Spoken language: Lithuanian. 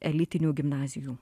elitinių gimnazijų